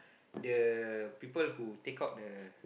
the people who take out the